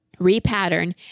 repattern